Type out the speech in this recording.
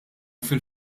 fil